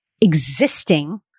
existing